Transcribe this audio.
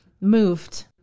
moved